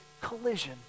collision